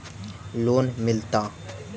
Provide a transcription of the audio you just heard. Loan मिलता?